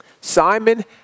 Simon